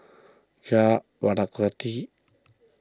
Jah Lelawati